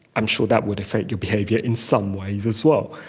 i'm sure that would affect your behaviour in some ways as well.